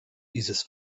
dieses